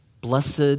Blessed